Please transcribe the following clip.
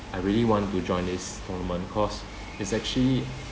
I really want to join this tournament cause it's actually